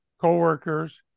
co-workers